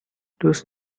دوست